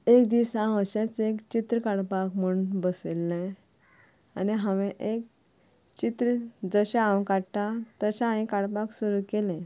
एक दीस हांव अशेंच एक चित्र काडपाक म्हूण बशिल्लें आनी हावें एक चित्र जशें हांव काडटा तशें हांवें काडपाक सुरू केलें